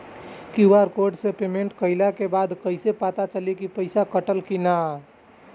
QR code से payment कईला के बाद कईसे पता चली की पैसा कटल की ना?